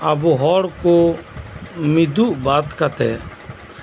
ᱟᱵᱚ ᱦᱚᱲ ᱠᱚ ᱢᱤᱫᱚᱜ ᱵᱟᱫ ᱠᱟᱛᱮᱜ